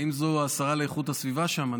האם זו השרה לאיכות הסביבה שם?